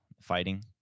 fighting